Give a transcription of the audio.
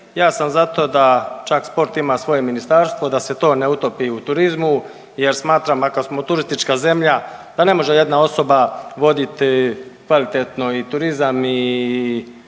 ja sam za to da čak sport ima svoje ministarstvo, da se to ne utopi u turizmu jer smatram makar smo turistička zemlja da ne može jedna osoba vodit kvalitetno i turizam i